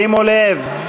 שימו לב,